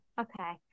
Okay